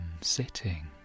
sitting